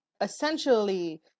essentially